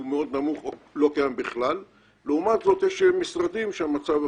מאוד נמוך או לא קיים בכלל ולעומת זאת יש משרדים שהמצב הפוך.